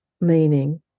meaning